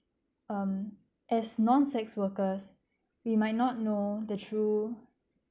um as non sex workers we might not know the true